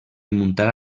muntar